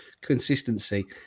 consistency